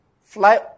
fly